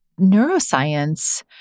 neuroscience